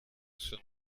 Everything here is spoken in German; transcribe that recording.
schon